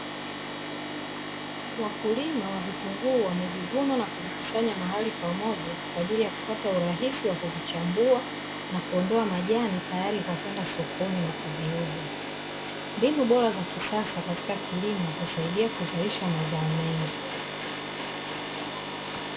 Wakulima wa vitunguu wamevivuna na kuvikusanya mahali pamoja kwa ajili ya kupata urahisi wa kuvichambua na kuondoa majani tayari kwa kwenda sokoni na kuviuza. Mbinu bora za kisasa katika kilimo husaidia kuzalisha mazao mengi.